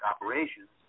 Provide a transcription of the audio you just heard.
Operations